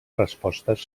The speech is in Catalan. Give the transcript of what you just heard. respostes